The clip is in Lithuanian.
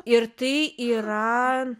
ir tai yra